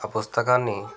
ఆ పుస్తకాన్ని